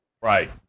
Right